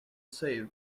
say